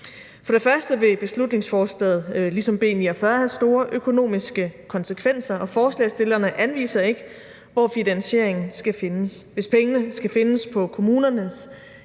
For det første vil beslutningsforslaget ligesom B 49 have store økonomiske konsekvenser, og forslagsstillerne anviser ikke, hvor finansieringen skal findes. Hvis pengene skal findes på kommunernes